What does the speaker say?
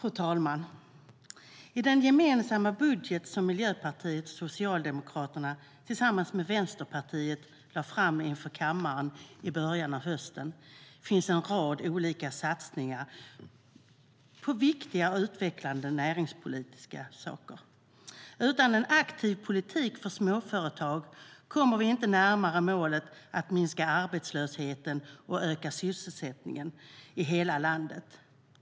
STYLEREF Kantrubrik \* MERGEFORMAT NäringslivUtan en aktiv politik för småföretag kommer vi inte närmare målet att minska arbetslösheten och öka sysselsättningen i hela landet.